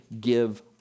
give